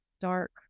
dark